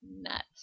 nuts